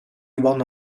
one